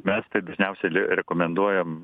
mes taip dažniausia rekomenduojam